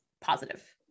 positive